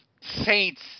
saints